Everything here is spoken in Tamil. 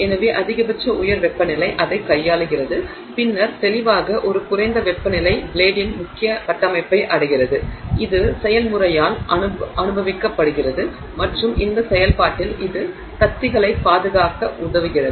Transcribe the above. எனவே அதிகபட்ச உயர் வெப்பநிலை அதைக் கையாளுகிறது பின்னர் தெளிவாக ஒரு குறைந்த வெப்பநிலை பிளேட்டின் முக்கிய கட்டமைப்பை அடைகிறது இது செயல்முறையால் அனுபவிக்கப்படுகிறது மற்றும் இந்த செயல்பாட்டில் இது கத்திகளைப் பாதுகாக்க உதவுகிறது